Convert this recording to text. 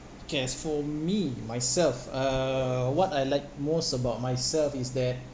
K as for me myself uh what I like most about myself is that